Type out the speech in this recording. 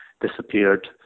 disappeared